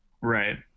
Right